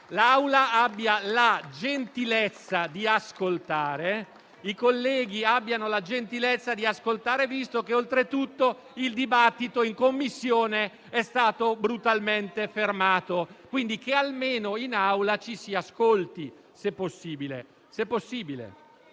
l'Assemblea abbia la gentilezza di ascoltare, che i colleghi abbiano la gentilezza di ascoltare, visto che oltretutto il dibattito in Commissione è stato brutalmente fermato. Quindi che almeno in Aula ci si ascolti, se possibile,